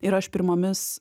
ir aš pirmomis